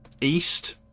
east